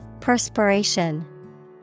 Perspiration